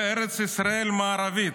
בארץ ישראל המערבית.